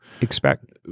Expect